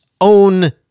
own